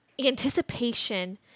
anticipation